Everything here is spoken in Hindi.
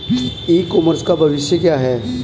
ई कॉमर्स का भविष्य क्या है?